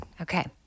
Okay